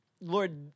Lord